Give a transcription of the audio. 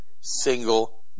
single